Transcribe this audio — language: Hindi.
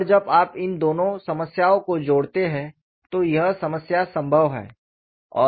और जब आप इन दोनों समस्याओं को जोड़ते हैं तो यह समस्या संभव है